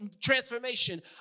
transformation